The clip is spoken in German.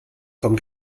vom